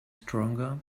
stronger